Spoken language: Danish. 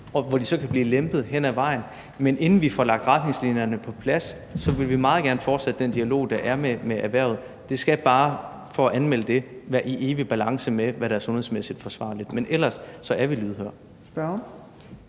som så kan blive lempet hen ad vejen. Men inden vi får lagt retningslinjerne på plads, vil vi meget gerne fortsætte den dialog, der er med erhvervet. Det skal bare – for at understrege det – være i evig balance med, hvad der er sundhedsmæssigt forsvarligt. Men ellers er vi lydhøre.